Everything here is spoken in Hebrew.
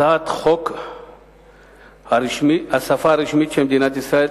הצעת חוק השפה הרשמית של מדינת ישראל,